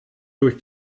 durch